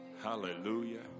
Hallelujah